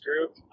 group